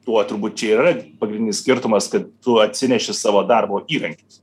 tuo turbūt čia ir yra pagrindinis skirtumas kai tu atsineši savo darbo įrankius